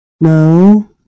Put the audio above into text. No